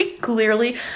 clearly